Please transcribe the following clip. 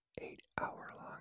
eight-hour-long